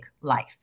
life